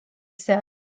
said